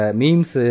memes